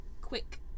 quick